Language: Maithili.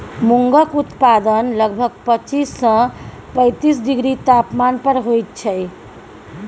मूंगक उत्पादन लगभग पच्चीस सँ पैतीस डिग्री तापमान पर होइत छै